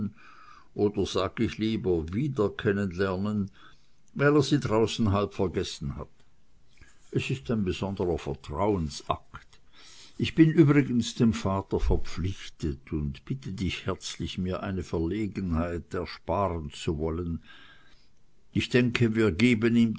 oder sag ich lieber wieder kennen lernen weil er sie draußen halb vergessen hat es ist ein besonderer vertrauensakt ich bin überdies dem vater verpflichtet und bitte dich herzlich mir eine verlegenheit ersparen zu wollen ich denke wir geben ihm